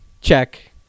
Check